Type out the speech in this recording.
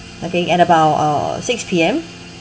okay at about uh six P_M